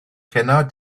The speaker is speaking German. kenner